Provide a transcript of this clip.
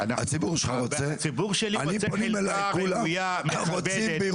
הציבור שלי רוצה קבורה ראויה, מכבדת.